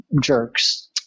jerks